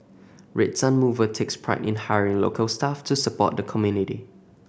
Red Sun Mover takes pride in hiring local staff to support the community